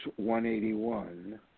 181